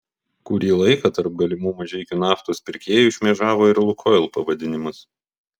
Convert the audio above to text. kurį laiką tarp galimų mažeikių naftos pirkėjų šmėžavo ir lukoil pavadinimas